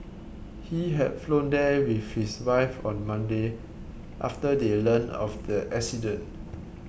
he had flown there with his wife on Monday after they learnt of the accident